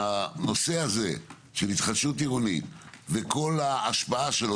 הנושא הזה של התחדשות עירונית וכל ההשפעה שלו